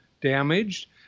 damaged